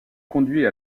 conduit